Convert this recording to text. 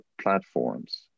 platforms